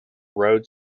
road